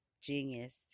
Genius